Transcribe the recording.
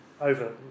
over